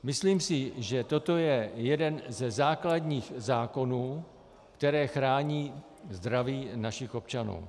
Myslím si, že toto je jeden ze základních zákonů, které chrání zdraví našich občanů.